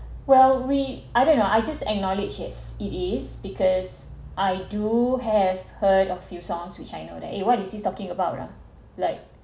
well we I don't know I just acknowledge his it is because I do have heard of few songs which I know that eh what is he talking about lah like